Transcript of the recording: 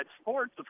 sports